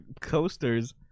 coasters